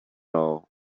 all